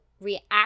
react